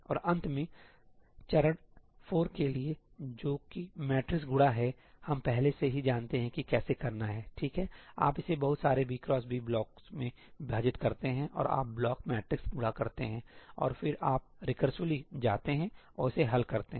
और अंत में चरण 4 के लिए जो कि मैट्रिक्स गुणा है हम पहले से ही जानते हैं कि कैसे करना है ठीक है आप इसे बहुत सारे b x b ब्लॉकों में विभाजित करते हैं और आप ब्लॉक मैट्रिक्स गुणा करते हैं और फिर आप रिकसिवली जाते हैं और इसे हल करते हैं